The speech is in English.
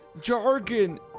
jargon